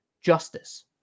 justice